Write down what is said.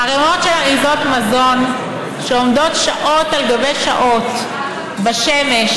ערימות של אריזות מזון שעומדות שעות על גבי שעות בשמש,